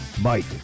Mike